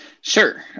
Sure